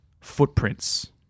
footprints